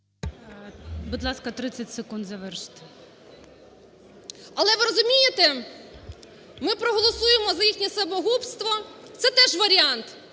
Будь ласка, 30 секунд завершити. ЧОРНОВОЛ Т.М. Але ви розумієте, ми проголосуємо за їхнє самогубство – це теж варіант.